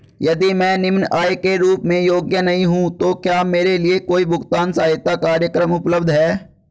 यदि मैं निम्न आय के रूप में योग्य नहीं हूँ तो क्या मेरे लिए कोई भुगतान सहायता कार्यक्रम उपलब्ध है?